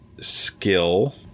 skill